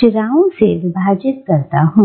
शिराओं से विभाजित करता हूं